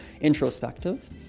Introspective